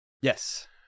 yes